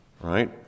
right